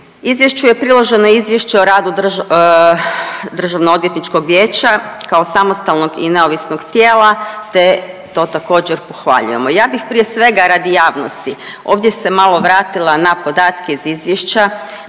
Izvješću je priloženo izvješće o radu .../nerazumljivo/... Državnoodvjetničkog vijeća, kao samostalnog i neovisnog tijela te to također, pohvaljujemo. Ja bih prije svega, radi javnosti ovdje se malo vratila na podatke iz Izvješća